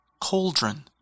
cauldron